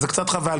זה קצת חבל.